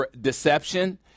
deception